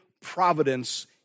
providence